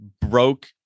broke